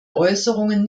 äußerungen